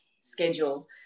schedule